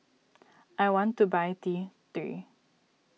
I want to buy T three